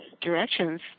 directions